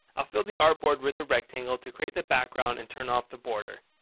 i'll fill the artboard with a rectangle to create the background and turn off the border.